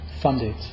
funded